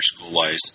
Schoolwise